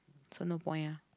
so no point ah